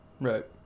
Right